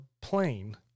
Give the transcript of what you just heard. plane